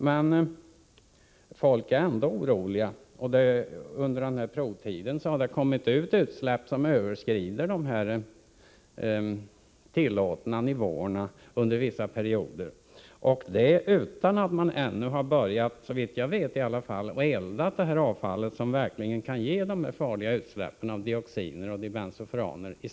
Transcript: Men människor är ändå oroliga. Under provtiden har det kommit ut utsläpp som under vissa perioder överskrider de tillåtna nivåerna, utan att man, åtminstone såvitt jag vet, ännu har börjat elda det avfall som verkligen i större utsträckning kan ge ett farligt utsläpp av dioxiner och dibensofuraner.